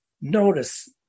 Notice